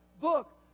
book